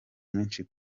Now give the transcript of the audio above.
mwinshi